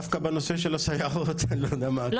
דווקא בנושא של הסייעות --- לא,